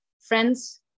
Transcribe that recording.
friends